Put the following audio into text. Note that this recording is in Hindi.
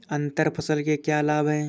अंतर फसल के क्या लाभ हैं?